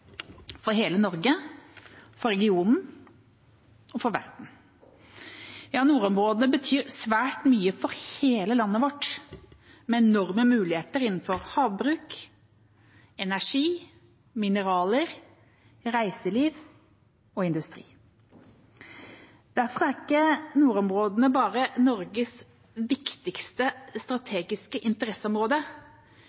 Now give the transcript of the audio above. for hele Norge, for regionen og for verden. Ja, nordområdene betyr svært mye for hele landet vårt, med enorme muligheter innenfor havbruk, energi, mineraler, reiseliv og industri. Derfor er ikke nordområdene bare Norges viktigste